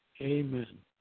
Amen